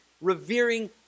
revering